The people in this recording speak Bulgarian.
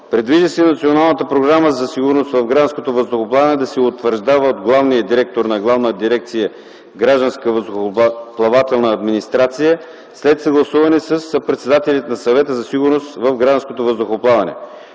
Предвижда се Националната програма за сигурност в гражданското въздухоплаване да се утвърждава от главния директор на Главна дирекция „Гражданска въздухоплавателна администрация” след съгласуване със съпредседателите на Съвета за сигурност в гражданското въздухоплаване.